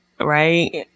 Right